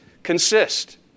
Consist